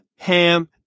Ham